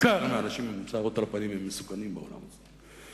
ניכר מהאנשים עם השערות על הפנים הם מסוכנים בעולם הזה.